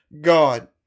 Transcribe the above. God